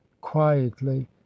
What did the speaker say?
quietly